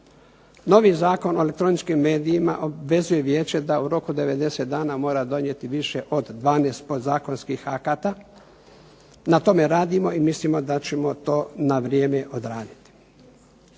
Novi Zakon o elektroničkim medijima obvezuje vijeće da u roku od 90 dana mora donijeti više od 12 podzakonskih akata,a na tome radimo i mislimo da ćemo to na vrijeme odraditi.